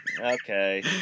Okay